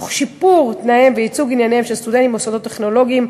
תוך שיפור תנאיהם וייצוג ענייניהם של סטודנטים במוסדות טכנולוגיים,